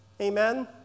amen